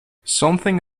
something